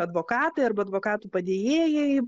advokatai arba advokatų padėjėjai